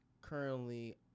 currently